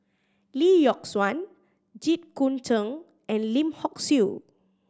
Lee Yock Suan Jit Koon Ch'ng and Lim Hock Siew